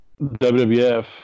WWF